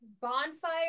bonfire